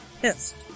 pissed